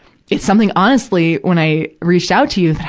it's something honestly, when i reached out to you, that